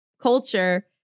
culture